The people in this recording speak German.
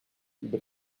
über